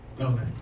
Okay